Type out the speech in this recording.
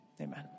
amen